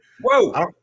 Whoa